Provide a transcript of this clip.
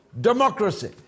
democracy